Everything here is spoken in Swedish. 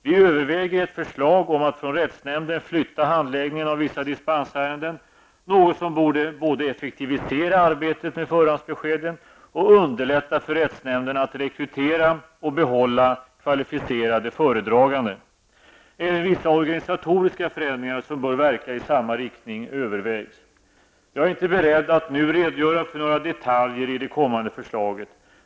Vi överväger ett förslag om att från rättsnämnden flytta handläggningen av vissa dispensärenden, något som borde både effektivisera arbetet med förhandsbeskeden och underlätta för rättsnämnden att rekrytera och behålla kvalificerade föredragande. Även vissa organisatoriska förändringar som bör verka i samma riktning övervägs. Jag är inte beredd att nu redogöra för några detaljer i det kommande förslaget.